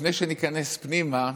לפני שניכנס פנימה,